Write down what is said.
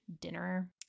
dinner